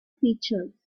features